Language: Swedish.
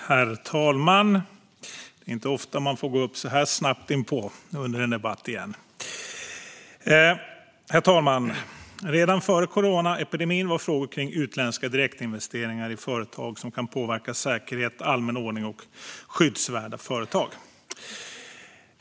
Herr talman! Redan före coronaepidemin var frågor uppe om utländska direktinvesteringar i företag som kan påverka säkerhet, allmän ordning och skyddsvärda företag.